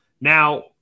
now